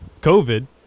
COVID